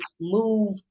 move